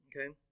okay